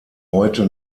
heute